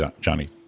Johnny